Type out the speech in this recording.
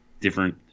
different